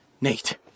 Nate